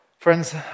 Friends